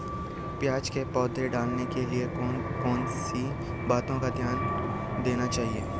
प्याज़ की पौध डालने के लिए कौन कौन सी बातों का ध्यान देना चाहिए?